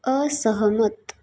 असहमत